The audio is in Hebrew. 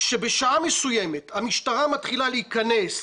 כשבשעה מסוימת המשטרה מתחילה להיכנס,